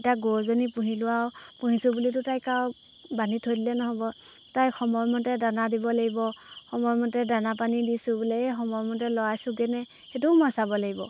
এতিয়া গৰুজনী পুহিলোঁ আৰু পুহিছোঁ বুলি তাইক বান্ধি থৈ দিলে নহ'ব তাইক সময়মতে দানা দিব লাগিব সময়মতে দানা পানী দিছোঁ বোলে এই সময়মতে লৰাই সেইটোও মই চাব লাগিব